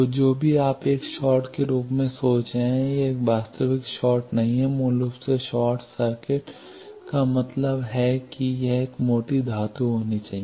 तो जो भी आप एक शॉर्ट के रूप में सोच रहे हैं यह एक वास्तविक शॉर्ट नहीं है मूल रूप से शॉर्ट सर्किट का मतलब है कि यह एक मोटी धातु होना चाहिए